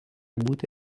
būti